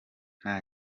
nta